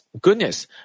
goodness